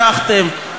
ברחתם,